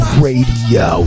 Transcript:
radio